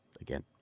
again